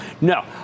No